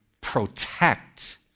protect